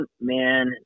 Man